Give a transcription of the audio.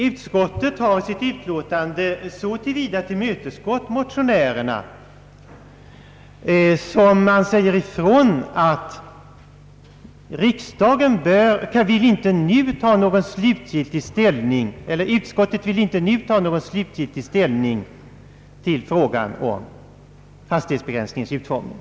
Utskottet har i sitt utlåtande så till vida tillmötesgått motionärerna att utskottet framhåller att det inte nu vill ta någon slutgiltig ställning till frågan om hastighetsbegränsningens utformning.